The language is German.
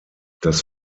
das